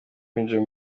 kwinjira